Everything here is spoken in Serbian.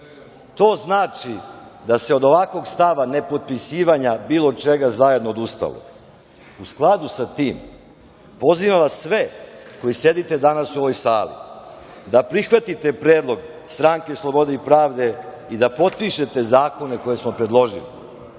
to znači da se od ovakvog stava ne potpisivanja bilo čega zajedno odustalo.U skladu sa tim, pozivam vas sve koji sedite danas u ovoj sali da prihvatite predlog Stranke slobode i pravde i da potpišete zakone koje smo predložili. Da